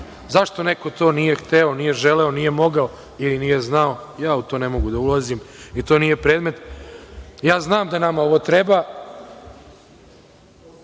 Zašto neko to nije hteo, nije želeo, nije mogao ili nije znao, ja u to ne mogu da ulazim i to nije predmet. Znam da nama ovo treba